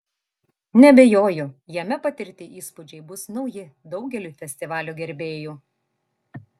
neabejoju jame patirti įspūdžiai bus nauji daugeliui festivalio gerbėjų